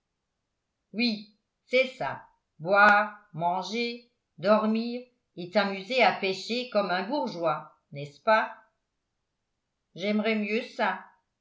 oui c'est ça boire manger dormir et t'amuser à pêcher comme un bourgeois n'est-ce pas j'aimerais mieux ça